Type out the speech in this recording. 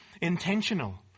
intentional